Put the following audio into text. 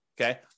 okay